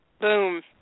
boom